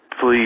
please